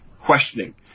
questioning